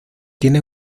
tiene